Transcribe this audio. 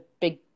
big